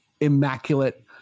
immaculate